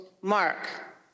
Mark